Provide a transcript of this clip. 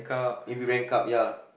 maybe bank card ya